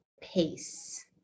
pace